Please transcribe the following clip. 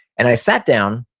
and i sat down,